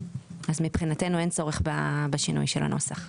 אז מבחינתנו אין צורך בשינוי של הנוסח.